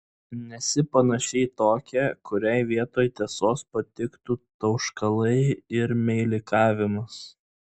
nesi panaši į tokią kuriai vietoj tiesos patiktų tauškalai ir meilikavimas